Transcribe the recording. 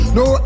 no